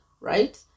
Right